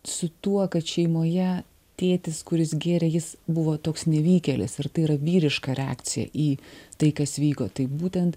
su tuo kad šeimoje tėtis kuris gėrė jis buvo toks nevykėlis ir tai yra vyriška reakcija į tai kas vyko tai būtent